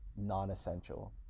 non-essential